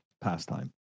pastime